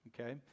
okay